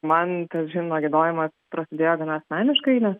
man tas himno giedojima prasidėjo gana asmeniškai nes